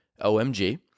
OMG